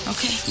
Okay